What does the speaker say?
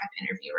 interviewer